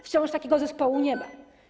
Wciąż takiego zespołu nie ma.